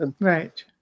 Right